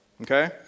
Okay